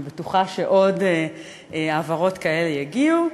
אני בטוחה שעוד העברות כאלה יגיעו.